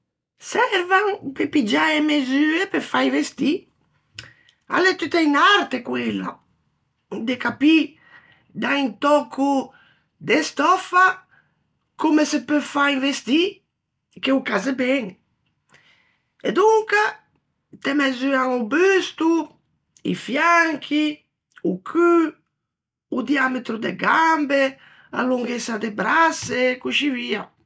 Servan pe piggiâ mesue pe fâ i vestî; a l'é tutta unn'arte quella, de capî da un tòcco de stòffa comme se peu fâ un vestî che o cazze ben. E donca te mesuan o busto, i fianchi, o cû, o diametro de gambe, a longhessa de brasse, e coscì via.